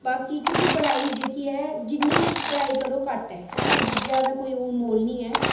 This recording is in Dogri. बाकी क्योंकि पढ़ाई जेह्की ऐ जिन्नी पढ़ाई करो घट्ट ऐ है ना विद्या दा कोई ओह् मोल नेईं ऐ